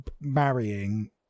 marrying